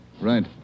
Right